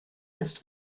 ist